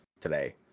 today